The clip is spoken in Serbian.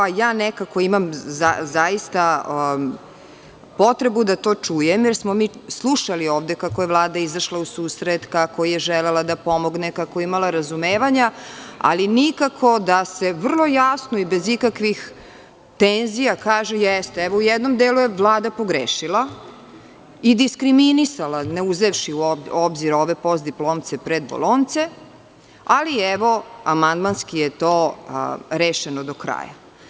Ja nekako imam zaista potrebu da čujem jer smo mi slušali ovde kako je Vlada izašla u susret, kako je želela da pomogne, kako je imala razumevanja, ali nikako da se vrlo jasno i bez ikakvih tenzija kaže – jeste, evo, u jednom delu je Vlada pogrešila i diskriminisala ne uzevši u obzir ove postdiplomce i predbolonjce, ali je, evo, amandmanski to rešeno do kraja.